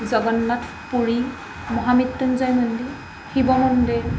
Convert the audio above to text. জগন্নাথ পুুৰী মহামৃত্যুঞ্জয় মন্দিৰ শিৱ মন্দিৰ